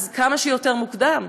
אז כמה שיותר מוקדם.